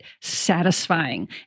satisfying